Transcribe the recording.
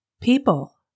People